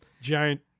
giant